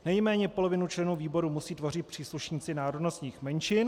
Nejméně polovinu členů výboru musí tvořit příslušníci národnostních menšin.